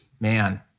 man